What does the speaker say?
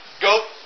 Go